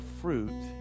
fruit